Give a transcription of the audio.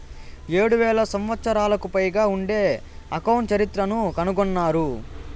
ఏడు వేల సంవత్సరాలకు పైగా ఉండే అకౌంట్ చరిత్రను కనుగొన్నారు